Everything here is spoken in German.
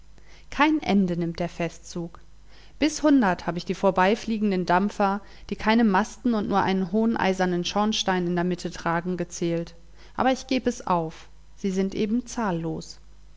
kein ende nimmt der festzug bis hundert hab ich die vorbeifliegenden dampfer die keine masten und nur einen hohen eisernen schornstein in der mitte tragen gezählt aber ich geb es auf sie sind eben zahllos